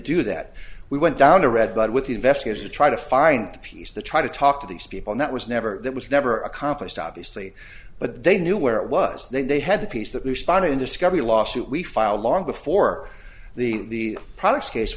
do that we went down to red blood with the investigators to try to find peace the try to talk to these people that was never it was never accomplished obviously but they knew where it was they had the peace that responded in discovery lawsuit we filed long before the products case